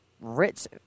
rich